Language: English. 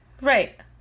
Right